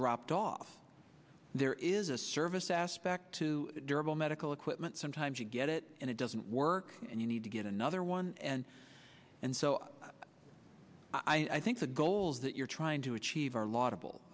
dropped off there is a service aspect to durable medical equipment sometimes you get it and it doesn't work and you need to get another one and and so i think the goals that you're trying to achieve are laudable